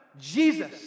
Jesus